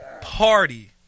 party